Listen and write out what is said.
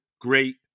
great